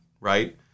right